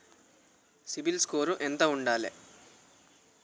CIBIL score ఎంత ఉండాలే?